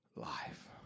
life